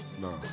No